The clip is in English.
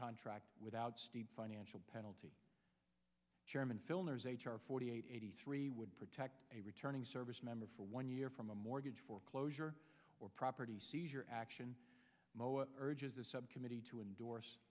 contract without financial penalty chairman filner is h r forty eight eighty three would protect a returning service member for one year from a mortgage foreclosure or property seizure action urges the subcommittee to endorse